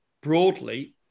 Broadly